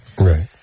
Right